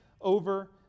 over